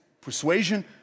persuasion